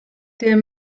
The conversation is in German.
der